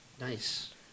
Nice